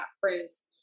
friends